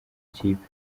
ikipe